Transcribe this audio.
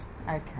Okay